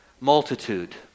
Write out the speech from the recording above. Multitude